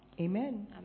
Amen